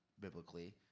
biblically